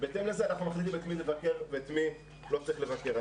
ובהתאם לזה אנחנו מחליטים את מי לבקר ואת מי לא צריך לבקר.